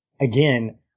again